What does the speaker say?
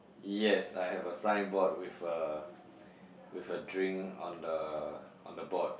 yes I have signboard with a with a drink on the on the board